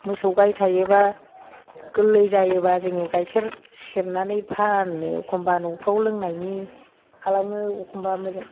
मोसौ गाइ थायोबा गोरलै जायोबा जोङो गाइखेर सेरनानै फानो एखमबा न'फ्राव लोंनायनि खालामो एखमबा मोजां